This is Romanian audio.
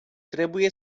trebuie